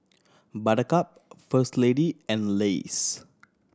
Buttercup First Lady and Lays